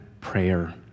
prayer